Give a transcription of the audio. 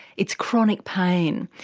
it's chronic pain.